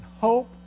hope